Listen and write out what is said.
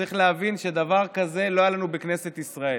צריך להבין שדבר כזה לא היה לנו בכנסת ישראל.